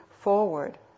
forward